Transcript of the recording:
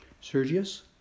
Sergius